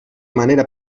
manera